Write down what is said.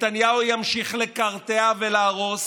נתניהו ימשיך לקרטע ולהרוס